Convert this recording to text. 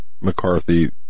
McCarthy